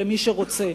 למי שרוצה,